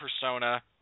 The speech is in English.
persona